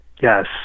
Yes